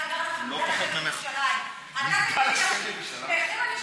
אתה גר, בירושלים, לא פחות ממך, הדיור הציבורי,